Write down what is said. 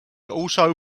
also